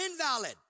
invalid